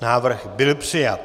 Návrh byl přijat.